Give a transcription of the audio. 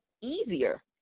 easier